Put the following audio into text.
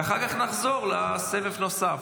ואחר כך נחזור לסבב נוסף.